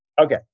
Okay